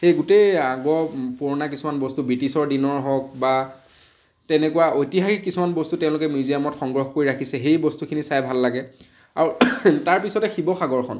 সেই গোটেই আগৰ পুৰণা কিছুমান বস্তু ব্ৰিটিছৰ দিনৰ হওক বা তেনেকুৱা ঐতিহাসিক কিছুমান বস্তু তেওঁলোকে মিউজিয়ামত সংগ্ৰহ কৰি ৰাখিছে সেই বস্তুখিনি চাই ভাল লাগে আৰু তাৰ পিছতে শিৱসাগৰখন